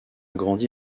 grandi